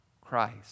Christ